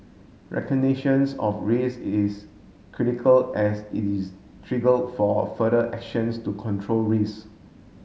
recognitions of risks is critical as it is trigger for further actions to control risk